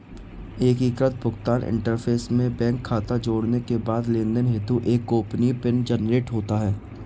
एकीकृत भुगतान इंटरफ़ेस में बैंक खाता जोड़ने के बाद लेनदेन हेतु एक गोपनीय पिन जनरेट होता है